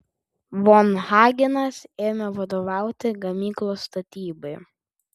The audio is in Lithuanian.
von hagenas ėmė vadovauti gamyklos statybai